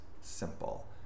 simple